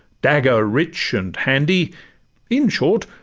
dagger rich and handy in short,